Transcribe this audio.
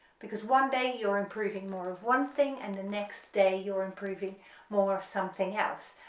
because one day you're improving more of one thing, and the next day you're improving more of something else.